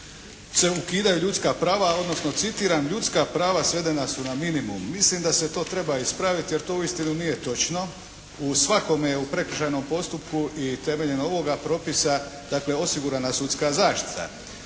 se ukidaju ljudska prava odnosno citiram: "Ljudska prava svedena su na minimum." Mislim da se to treba ispraviti jer to uistinu nije točno. Svakome je u prekršajnom postupku i temeljem ovoga propisa dakle osigurana sudska zaštita.